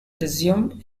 resumed